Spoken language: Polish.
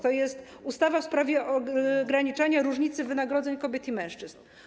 To jest ustawa w sprawie ograniczania różnic wynagrodzeń kobiet i mężczyzn.